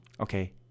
Okay